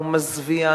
הוא מזוויע,